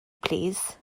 plîs